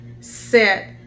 set